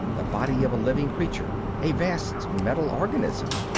the body of a living creature, a vast metal organism?